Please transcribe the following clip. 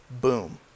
Boom